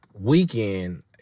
weekend